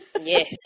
Yes